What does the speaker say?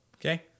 Okay